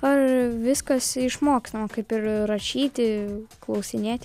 ar viskas išmokstama kaip ir rašyti klausinėti